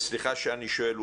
סליחה שאני שואל,